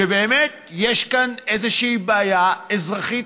שבאמת יש כאן איזושהי בעיה אזרחית,